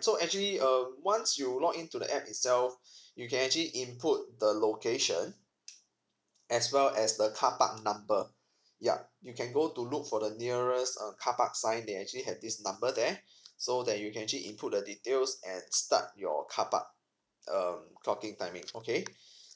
so actually err once you log in to the app itself you can actually input the location as well as the carpark number yup you can go to look for the nearest err carpark sign they actually have this number there so that you can actually input the details and start your carpark um clocking timing okay